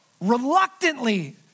reluctantly